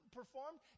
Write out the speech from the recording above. performed